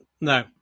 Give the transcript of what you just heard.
No